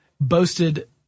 boasted